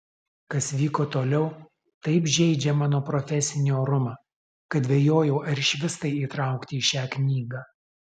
kas vyko toliau taip žeidžia mano profesinį orumą kad dvejojau ar išvis tai įtraukti į šią knygą